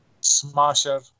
Smasher